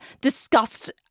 discussed